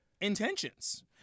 intentions